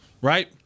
right –